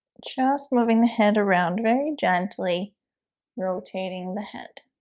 just moving the head around very gently rotating the head